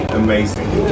amazing